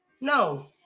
No